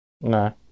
No